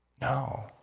No